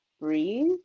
breathe